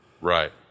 Right